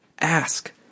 Ask